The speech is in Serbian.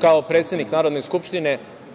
kao predsednik Narodne skupštine,